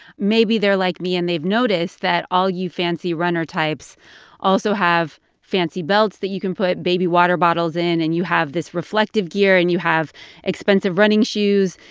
maybe they're like me, and they've noticed that all you fancy runner types also have fancy belts that you can put baby water bottles in, and you have this reflective gear, and you have expensive running shoes.